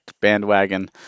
bandwagon